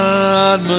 God